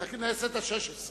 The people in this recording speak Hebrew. סליחה, מהכנסת השש-עשרה.